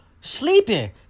sleeping